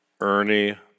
Ernie